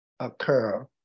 occur